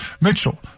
Mitchell